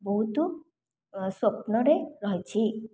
ବହୁତ ସ୍ୱପ୍ନରେ ରହିଛି